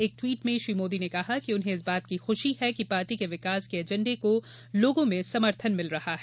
एक ट्वीट में श्री मोदी ने कहा कि उन्हें इस बात की खुशी है कि पार्टी के विकास के ऐजेंडे को लोंगों में समर्थन मिल रहा है